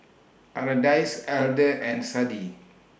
Ardyce Elder and Sadie